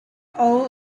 all